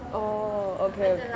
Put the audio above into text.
orh okay okay